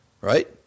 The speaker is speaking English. right